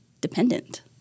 dependent